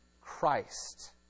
Christ